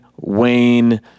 Wayne